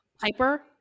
Piper